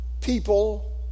people